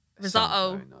Risotto